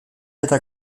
eta